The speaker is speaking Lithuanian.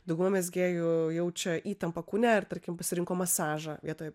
dauguma mezgėjų jaučia įtampą kūne ar tarkim pasirinko masažą vietoj